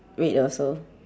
red also